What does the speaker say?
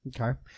Okay